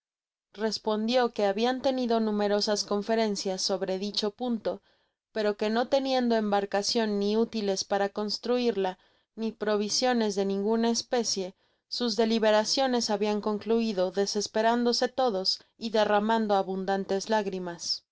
respondio que habian tenido numerosas conferencias sobre dicho punto pero que no teniendo embarcacion ni útiles para construirla ni provisiones de ninguna especie sus deliberaciones habian concluido desesperándose todos y derramando abundantes lágrimas